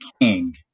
king